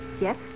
Yes